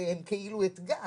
שהן כאילו אתגר,